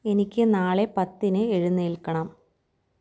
എനിക്ക് നാളെ പത്തിന് എഴുന്നേൽക്കണം